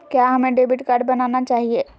क्या हमें debit card बनाना चाहिए?